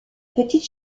petite